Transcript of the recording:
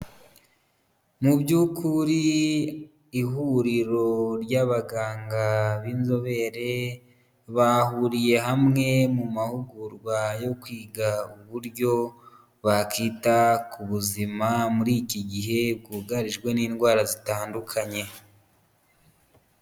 Mu by'ukuri ihuriro ry'abaganga b'inzobere bahuriye hamwe mu mahugurwa yo kwiga uburyo bakita ku buzima muri iki gihe bwugarijwe n'indwara zitandukanye.